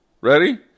Ready